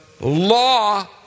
law